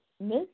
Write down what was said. Miss